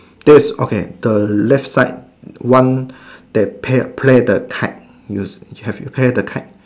there's okay the left side one that pay play the kite you see play the kite